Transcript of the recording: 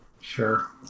Sure